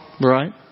Right